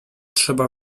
trzeba